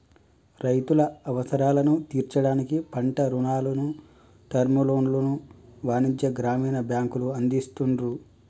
రైతుల అవసరాలను తీర్చడానికి పంట రుణాలను, టర్మ్ లోన్లను వాణిజ్య, గ్రామీణ బ్యాంకులు అందిస్తున్రు